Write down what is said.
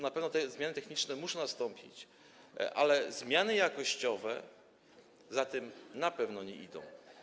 Na pewno zmiany techniczne muszą nastąpić, ale zmiany jakościowe za tym na pewno nie idą.